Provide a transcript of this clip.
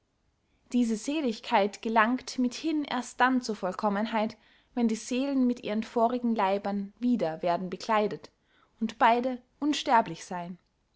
diese seligkeit gelangt mithin erst dann zur vollkommenheit wenn die seelen mit ihren vorigen leibern wieder werden bekleidet und beide unsterblich seyn